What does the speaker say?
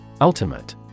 Ultimate